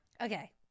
Okay